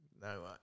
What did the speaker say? No